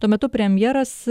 tuo metu premjeras